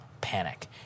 panic